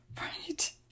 right